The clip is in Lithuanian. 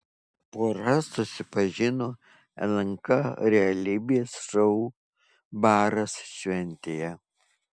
pora susipažino lnk realybės šou baras šventėje